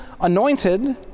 anointed